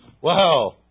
wow